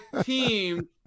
team